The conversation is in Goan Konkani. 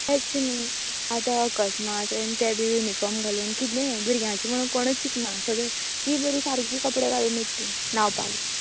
तेच न्ही आतां अकस्मात ते बी यूनीफॉर्म घालून किदेय भुरग्यांचे म्हण कोण चितनां ती बरी सगली सारकी कपडे घालून येतली न्हावपाक